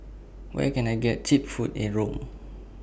Where Can I get Cheap Food in Rome